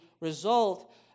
result